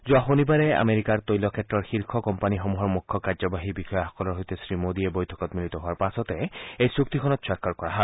যোৱা শনিবাৰে আমেৰিকাৰ তৈলক্ষেত্ৰৰ শীৰ্ষ কোম্পানীসমূহৰ মুখ্য কাৰ্যবাহী বিষয়াসকলৰ সৈতে শ্ৰীমোডীয়ে বৈঠকত মিলিত হোৱাৰ পাছতে এই চুক্তিখনত স্বাক্ষৰ কৰা হয়